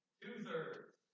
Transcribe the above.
two-thirds